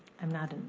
i'm not,